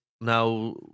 Now